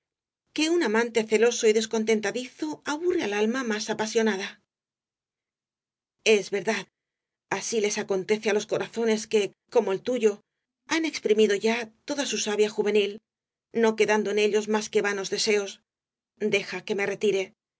que un amante celoso y descontentadizo aburre al alma más apasionada es verdad asiles acontece á los corazones que como el tuyo han exprimido ya toda su savia juvenil no quedando en ellos más que vanos deseos deja que me retire la ira y